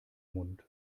mund